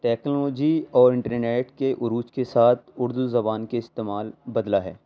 technology اور internet کے عروج کے ساتھ اردو زبان کے استعمال بدلا ہے